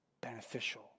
beneficial